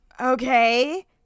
okay